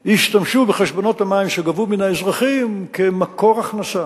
השתמשו בחשבונות המים שגבו מהאזרחים כמקור הכנסה